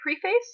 preface